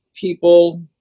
people